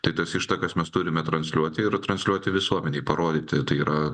tai tas ištakas mes turime transliuoti ir transliuoti visuomenei parodyti tai yra